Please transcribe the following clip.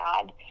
God